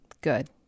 good